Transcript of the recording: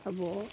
ᱟᱵᱚ